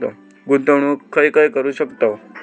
गुंतवणूक खय खय करू शकतव?